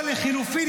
או לחלופין,